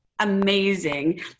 amazing